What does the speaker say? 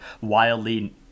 wildly